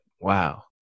Wow